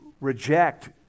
reject